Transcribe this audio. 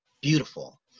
beautiful